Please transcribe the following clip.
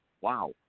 Wow